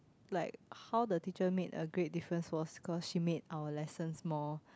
like how the teacher made a great difference was cause she made our lessons more